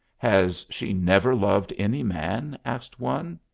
has she never loved any man? asked one.